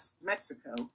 Mexico